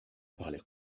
parlait